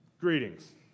greetings